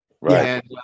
Right